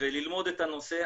וללמוד את הנושא,